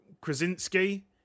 Krasinski